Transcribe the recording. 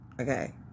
Okay